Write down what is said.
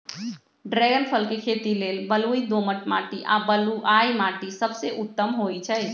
dragon फल के खेती लेल बलुई दोमट माटी आ बलुआइ माटि सबसे उत्तम होइ छइ